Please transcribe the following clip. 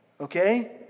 okay